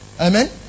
Amen